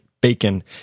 bacon